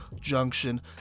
Junction